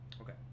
Okay